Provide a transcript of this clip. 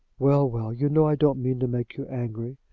well, well, you know i don't mean to make you angry.